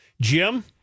Jim